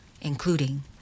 including